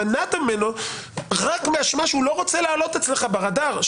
מנעת ממנו רק מהאשמה שהוא לא רוצה לעלות אצלך ברדאר.